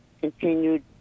continued